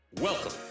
Welcome